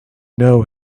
know